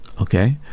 okay